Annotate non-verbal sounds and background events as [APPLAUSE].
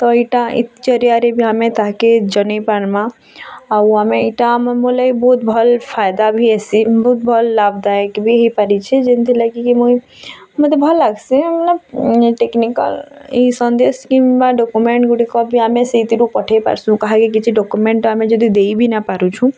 ତ ଇଟା ଇତ୍ ଜରିଆରେବି ତାହାକେ ଜନେଇ ପାରମା ଆଉ ଆମେ ଏଇଟା ଆମ ବୋଲେ ବହୁତ୍ ଭଲ୍ ଫାଇଦା ବି ହେସିଁ ବହୁତ ଭଲ୍ ଲାଭ୍ ଦାୟକ୍ ବି ହେଇପାରିଛି ଯେମତି ଲାଗିକି ମୁଇଁ ମୋତେ ଭଲ୍ ଲାଗସେ [UNINTELLIGIBLE] ଟେକନିକାଲ୍ ଏଇ ସନ୍ଦେଶ କିମ୍ବା ଡକ୍ୟୁମେଣ୍ଟ ଗୁଡ଼ିକ ବି ଆମେ ସେଇଥିରୁ ପଠେଇ ପାରସୁଁ କାହାକି କିଛି ଡକ୍ୟୁମେଣ୍ଟ ଆମେ ଯଦି ଦେଇ ବି ନା ପାରୁଛୁଁ